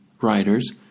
writers